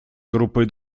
группой